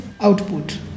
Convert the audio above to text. output